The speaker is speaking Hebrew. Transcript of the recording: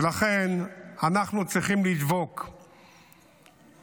ולכן אנחנו צריכים לדבוק באמונתנו,